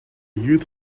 youth